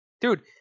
Dude